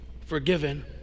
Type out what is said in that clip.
forgiven